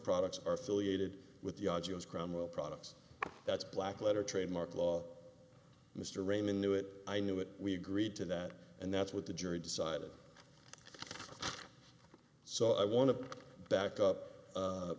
products are ciliated with ya james cromwell products that's black letter trademark law mr raymond knew it i knew it we agreed to that and that's what the jury decided so i want to back up